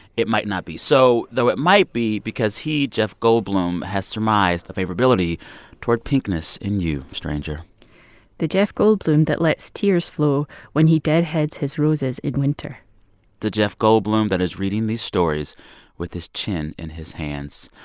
it might not be so, though it might be because he, jeff goldblum, has surmised the favorability toward pinkness in you, stranger the jeff goldblum that lets tears flow when he deadheads his roses in winter the jeff goldblum that is reading these stories with his chin in his hands.